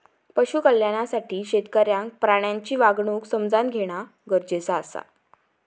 पशु कल्याणासाठी शेतकऱ्याक प्राण्यांची वागणूक समझान घेणा गरजेचा आसा